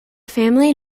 family